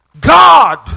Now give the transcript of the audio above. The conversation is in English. God